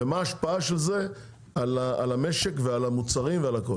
ומה ההשפעה של זה על המשק ועל המוצרים ועל הכל.